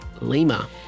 Lima